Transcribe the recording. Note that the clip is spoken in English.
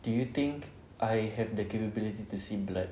do you think I have the capability to see blood